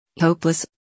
Hopeless